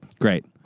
Great